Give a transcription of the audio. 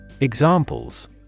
Examples